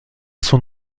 sont